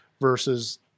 versus